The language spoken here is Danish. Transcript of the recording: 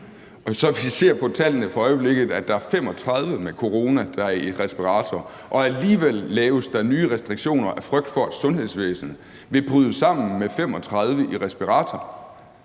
så ser på tallene for øjeblikket, at der er 35 med corona, der er i respirator, og der alligevel laves nye restriktioner af frygt for, at sundhedsvæsenet vil bryde sammen med 35 i respirator,